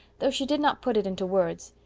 though she did not put it into words.